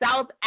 South